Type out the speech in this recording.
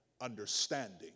understanding